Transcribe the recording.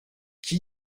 qui